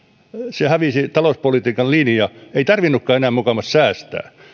se hävisi talouspolitiikan linja ei tarvinnutkaan enää mukamas säästää